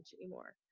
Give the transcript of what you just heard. anymore